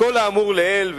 מכל האמור לעיל,